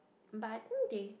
but I think they